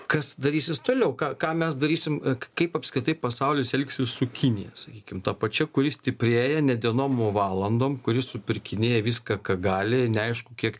kas darysis toliau ką ką mes darysim kaip apskritai pasaulis elgsis su kinija sakykim ta pačia kuri stiprėja ne dienom o valandom kuri supirkinėja viską ką gali neaišku kiek